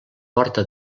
porta